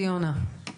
תודה לך ציונה.